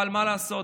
אבל מה לעשות,